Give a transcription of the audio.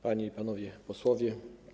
Panie i Panowie Posłowie!